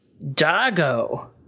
Dago